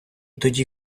тоді